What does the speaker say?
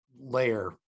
layer